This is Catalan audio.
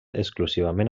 exclusivament